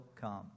come